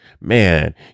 man